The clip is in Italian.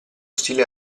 stile